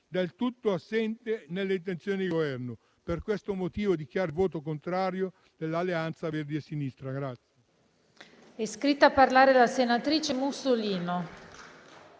del tutto assente nelle intenzioni di Governo. Per questo motivo dichiaro il voto contrario dell'Alleanza Verdi e Sinistra.